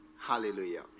Hallelujah